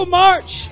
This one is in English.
march